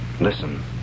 listen